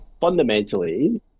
fundamentally